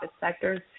sectors